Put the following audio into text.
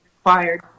required